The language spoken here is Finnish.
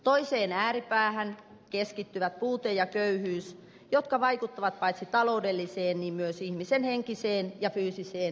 toiseen ääripäähän keskittyvät puute ja köyhyys jotka vaikuttavat paitsi taloudelliseen niin myös ihmisen henkiseen ja fyysiseen hyvinvointiin